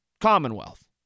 Commonwealth